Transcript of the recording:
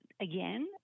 again